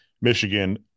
Michigan